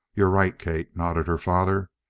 you're right, kate, nodded her father.